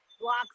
blocks